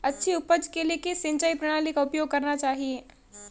अच्छी उपज के लिए किस सिंचाई प्रणाली का उपयोग करना चाहिए?